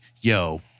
Yo